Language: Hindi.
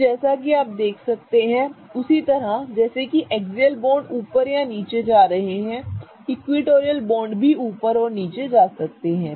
तो जैसा कि आप देख सकते हैं उसी तरह जैसे कि एक्सियल बांड ऊपर या नीचे जा रहे हैं इक्विटोरियल बांड भी ऊपर और नीचे जा सकते हैं